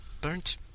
burnt